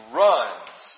runs